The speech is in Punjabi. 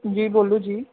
ਜੀ ਬੋਲੋ ਜੀ